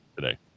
today